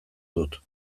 dut